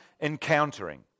encountering